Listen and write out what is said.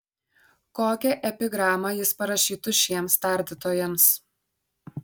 kokią epigramą jis parašytų šiems tardytojams